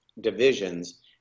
divisions